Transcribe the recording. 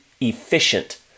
efficient